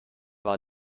war